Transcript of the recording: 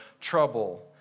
trouble